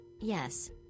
Yes